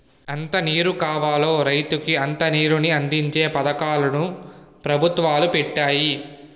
ఎంత నీరు కావాలో రైతుకి అంత నీరుని అందించే పథకాలు ను పెభుత్వాలు పెట్టాయి